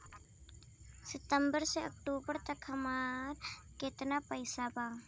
सितंबर से अक्टूबर तक हमार कितना पैसा बा?